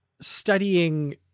studying